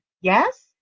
Yes